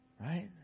right